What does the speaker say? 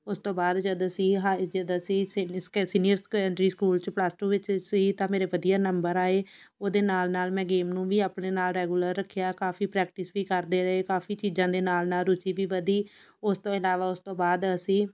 ਉਸ ਤੋਂ ਬਾਅਦ ਜਦ ਅਸੀਂ ਹਾਈ ਜਦ ਅਸੀਂ ਸੀਨੀ ਸੀਨੀਅਰ ਸੈਕੰਡਰੀ ਸਕੂਲ 'ਚ ਪਲੱਸ ਟੂ ਵਿੱਚ ਸੀ ਤਾਂ ਮੇਰੇ ਵਧੀਆ ਨੰਬਰ ਆਏ ਉਹਦੇ ਨਾਲ ਨਾਲ ਮੈਂ ਗੇਮ ਨੂੰ ਵੀ ਆਪਣੇ ਨਾਲ ਰੈਗੂਲਰ ਰੱਖਿਆ ਕਾਫੀ ਪ੍ਰੈਕਟਿਸ ਵੀ ਕਰਦੇ ਰਹੇ ਕਾਫੀ ਚੀਜ਼ਾਂ ਦੇ ਨਾਲ ਨਾਲ ਰੁਚੀ ਵੀ ਵਧੀ ਉਸ ਤੋਂ ਇਲਾਵਾ ਉਸ ਤੋਂ ਬਾਅਦ ਅਸੀਂ